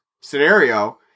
scenario